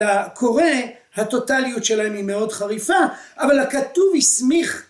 הקורא הטוטליות שלהם היא מאוד חריפה אבל הכתוב הסמיך